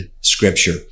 scripture